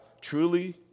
truly